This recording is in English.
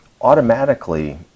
automatically